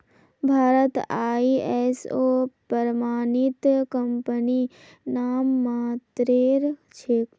भारतत आई.एस.ओ प्रमाणित कंपनी नाममात्रेर छेक